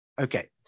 Okay